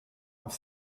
auf